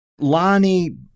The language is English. Lonnie